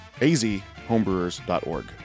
azhomebrewers.org